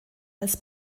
als